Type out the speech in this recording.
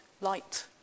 light